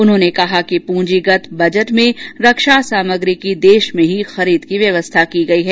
उन्होंने कहा कि प्रंजीगत बजट में रक्षा सामग्री की देश में ही खरीद की व्यवस्था की गई है